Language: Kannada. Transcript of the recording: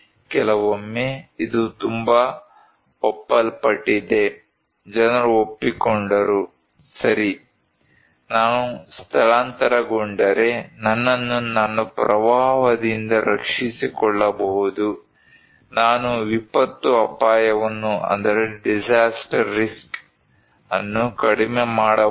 ಕೆಲವೊಮ್ಮೆ ಇದು ತುಂಬಾ ಒಪ್ಪಲ್ಪಟ್ಟಿದೆ ಜನರು ಒಪ್ಪಿಕೊಂಡರು ಸರಿ ನಾನು ಸ್ಥಳಾಂತರಗೊಂಡರೆ ನನ್ನನ್ನು ನಾನು ಪ್ರವಾಹದಿಂದ ರಕ್ಷಿಸಿಕೊಳ್ಳಬಹುದು ನಾನು ವಿಪತ್ತು ಅಪಾಯವನ್ನು ಕಡಿಮೆ ಮಾಡಬಹುದು